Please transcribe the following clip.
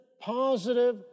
positive